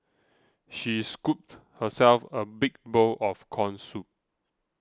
she scooped herself a big bowl of Corn Soup